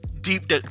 deep